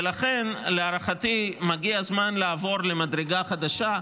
ולכן, להערכתי, מגיע הזמן לעבור למדרגה חדשה,